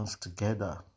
together